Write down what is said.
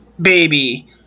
Baby